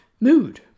mood